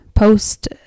post